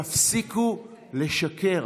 תפסיקו לשקר.